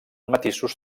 matisos